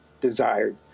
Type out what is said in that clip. desired